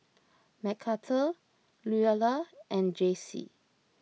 Mcarthur Luella and Jacey